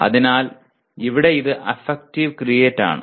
അതിനാൽ ഇവിടെ ഇത് അഫക്റ്റീവ് ക്രീയറ്റ് ആണ്